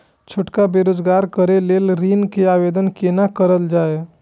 छोटका रोजगार करैक लेल ऋण के आवेदन केना करल जाय?